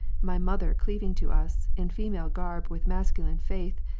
my mother cleaving to us, in female garb with masculine faith,